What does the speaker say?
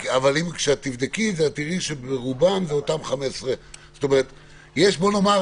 כשתבדקי את זה, ברובם זה אותם 15. יש 60%,